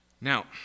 Now